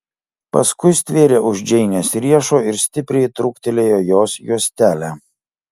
paskui stvėrė už džeinės riešo ir stipriai trūktelėjo jos juostelę